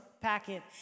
packet